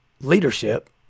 leadership